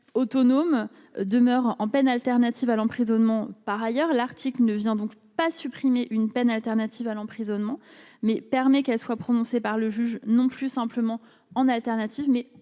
autonomes demeure en peines alternatives à l'emprisonnement, par ailleurs, l'article ne vient donc pas supprimer une peine alternative à l'emprisonnement mais permet qu'elle soit prononcée par le juge non plus simplement en alternative, mais